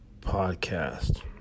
podcast